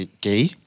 gay